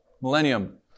millennium